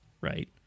right